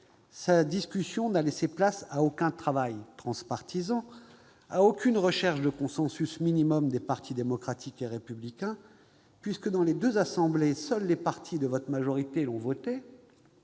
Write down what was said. la discussion du texte n'a laissé place à aucun travail transpartisan, ni à aucune recherche d'un consensus minimal entre les partis démocratiques et républicains. D'ailleurs, dans les deux assemblées, seuls les partis de la majorité l'ont voté.